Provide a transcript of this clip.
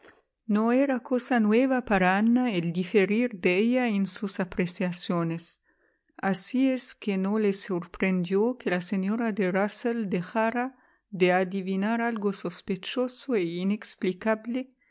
no era cosa nueva para ana el diferir de ella en sus apreciaciones así es que no le sorprendió que la señora de rusell dejara de adivinar algo sospechoso e